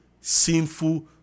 sinful